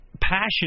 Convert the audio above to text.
passion